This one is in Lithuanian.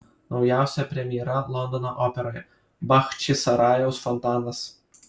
naujausia premjera londono operoje bachčisarajaus fontanas